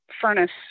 furnace